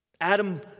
Adam